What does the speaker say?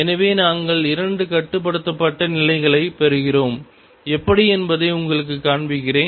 எனவே நாங்கள் இரண்டு கட்டுப்படுத்தப்பட்ட நிலைகளைப் பெறுகிறோம் எப்படி என்பதை உங்களுக்குக் காண்பிக்கிறேன்